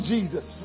Jesus